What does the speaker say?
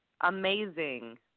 Amazing